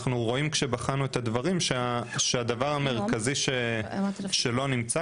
כשבחנו את הדברים אנחנו רואים שהדבר המרכזי שלא נמצא